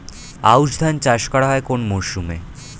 আউশ ধান চাষ করা হয় কোন মরশুমে?